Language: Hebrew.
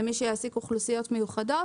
למי שיעסיק אוכלוסיות מיוחדות.